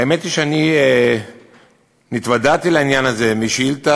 האמת היא שאני התוודעתי לעניין הזה משאילתה